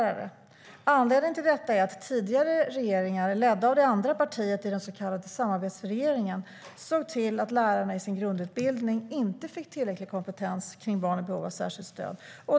Anledningen till detta är att tidigare regeringar, ledda av det andra partiet i den så kallade samarbetsregeringen, såg till att lärarna i sin grundutbildning inte fick tillräcklig kompetens kring barn i behov av särskilt stöd.